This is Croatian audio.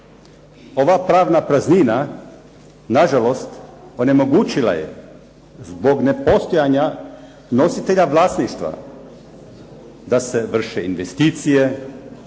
Ova pravna praznina nažalost onemogućila je zbog nepostojanja nositelja vlasništva da se vrše investicije,